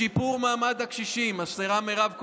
לשיפור מעמד הקשישים" השרה מירב כהן,